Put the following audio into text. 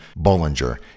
Bollinger